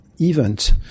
event